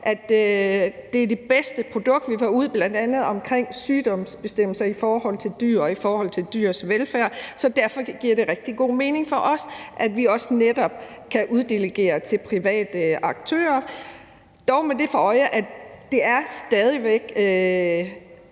at det er det bedste produkt, vi får ud, bl.a. omkring sygdomsbestemmelser i forhold til dyr og i forhold til dyrs velfærd. Så derfor giver det rigtig god mening for os, at vi også netop kan uddelegere til private aktører, dog med det for øje, at det stadig væk